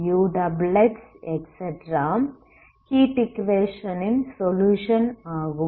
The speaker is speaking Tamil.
ஹீட் ஈக்குவேஷன் ன் சொலுயுஷன் ஆகும்